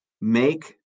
make